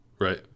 right